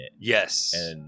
Yes